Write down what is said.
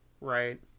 Right